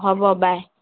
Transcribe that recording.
হ'ব বাই